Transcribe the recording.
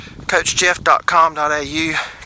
coachjeff.com.au